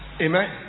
Amen